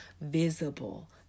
visible